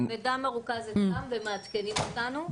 זה מרוכז אצלם והם מעדכנים אותנו.